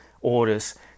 orders